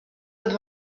êtes